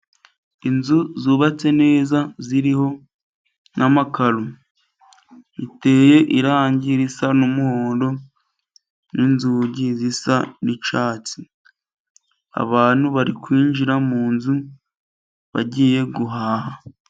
Inzu zubatse neza ziriho n'amakaro, ziteye irangi risa n'umuhondo n'inzugi zisa n'icyatsi, abantu bari kwinjira munzu bagiye guhaha.